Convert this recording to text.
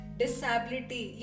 disability